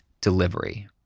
delivery